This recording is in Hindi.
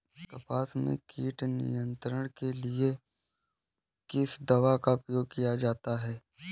कपास में कीट नियंत्रण के लिए किस दवा का प्रयोग किया जाता है?